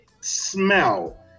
smell